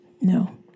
No